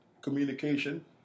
communication